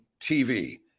TV